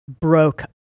broke